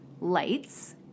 lights